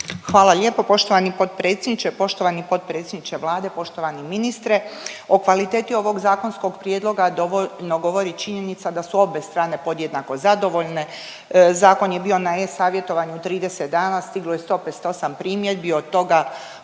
Hvala lijepo poštovani potpredsjedniče, poštovani potpredsjedniče Vlade, poštovani ministre. O kvaliteti ovog zakonskog prijedloga dovoljno govori i činjenica da su obje strane podjednako zadovoljne. Zakon je bio na e-savjetovanju 30 dana. Stiglo je 158 primjedbi. Od toga